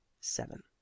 seven